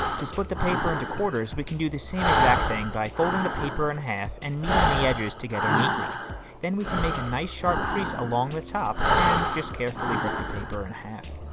to split the paper into quarters we can do the same exact thing by folding the paper in half and meeting the edges together neatly then we can make a nice sharp crease along the top and just carefully rip the paper in half.